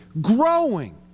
growing